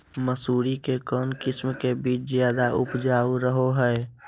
मसूरी के कौन किस्म के बीच ज्यादा उपजाऊ रहो हय?